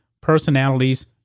personalities